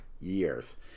years